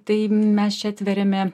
tai mes čia atveriame